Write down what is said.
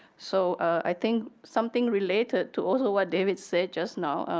so i think something related to also what david said just now.